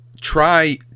try